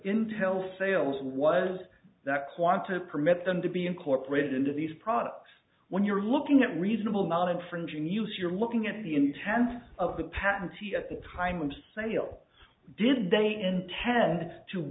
intel sales was that quanta permit them to be incorporated into these products when you're looking at reasonable not infringing use you're looking at the intent of the patentee at the time of sale did they intend to